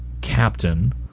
Captain